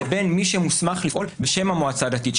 לבין מי שמוסמך לפעול בשם המועצה הדתית,